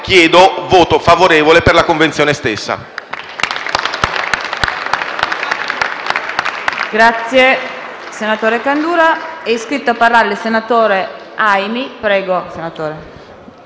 chiedo voto favorevole per la Convenzione stessa.